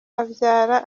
abyara